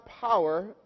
power